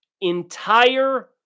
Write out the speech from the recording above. entire